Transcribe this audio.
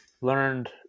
learned